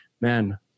man